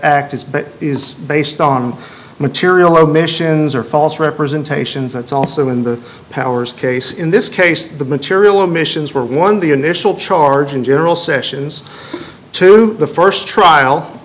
but is based on material omissions or false representations that's also in the powers case in this case the material missions were one the initial charge in general sessions to the first trial